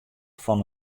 fan